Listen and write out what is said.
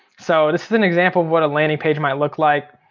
so this is an example of what a landing page might look like,